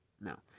No